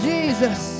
Jesus